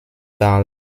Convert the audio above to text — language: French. par